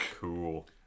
Cool